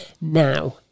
Now